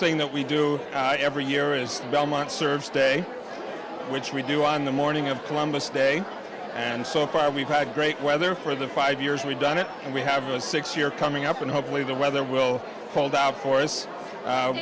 thing that we do every year is belmont serves day which we do on the morning of columbus day and so far we've had great weather for the five years we've done it and we have a six year coming up and hopefully the weather will hold out for us